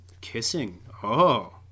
kissing—oh